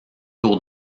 tour